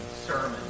sermon